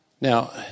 Now